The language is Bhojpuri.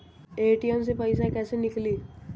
ए.टी.एम से पइसा कइसे निकली?